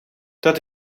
dat